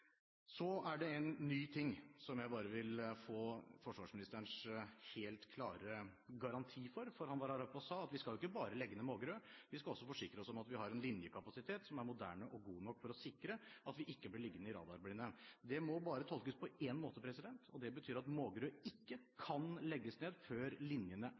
Så er det en ny ting som jeg vil få forsvarsministerens helt klare garanti for. Han var her oppe og sa at vi skal ikke bare legge ned Mågerø, vi skal også forsikre oss om at vi har en linjekapasitet som er moderne og god nok til å sikre at vi ikke blir liggende i radarblinde. Det må bare tolkes på én måte, at Mågerø ikke kan legges ned før linjene